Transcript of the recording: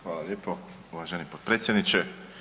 Hvala lijepo uvaženi potpredsjedniče.